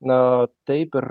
na taip ir